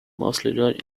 mostly